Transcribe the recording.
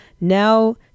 Now